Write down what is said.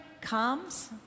comes